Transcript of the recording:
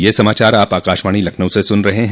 ब्रे क यह समाचार आप आकाशवाणी लखनऊ से सुन रहे हैं